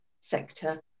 sector